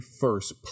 first